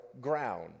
ground